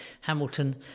Hamilton